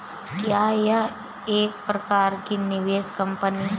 क्या यह एक प्रकार की निवेश कंपनी है?